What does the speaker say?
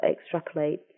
extrapolate